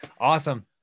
Awesome